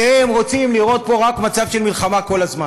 שניהם רוצים לראות פה רק מצב של מלחמה כל הזמן.